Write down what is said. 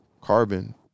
carbon